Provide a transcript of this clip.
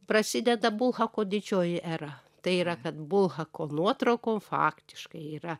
prasideda bulhako didžioji era tai yra kad bulhako nuotraukom faktiškai yra